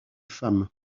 femmes